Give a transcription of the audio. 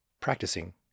practicing